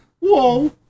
Whoa